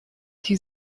die